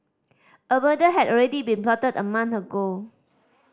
a murder had already been plotted a month ago